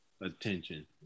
attention